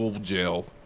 jail